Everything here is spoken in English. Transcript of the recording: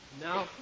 Now